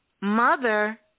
mother